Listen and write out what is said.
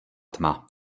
tma